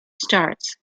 starts